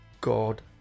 god